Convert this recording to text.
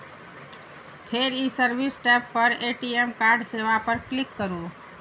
फेर ई service tab पर ए.टी.एम कार्ड सेवा पर क्लिक करू